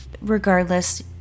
regardless